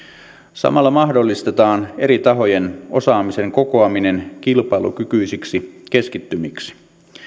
samalla mahdollistetaan eri tahojen osaamisen kokoaminen kilpailukykyisiksi keskittymiksi